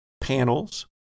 panels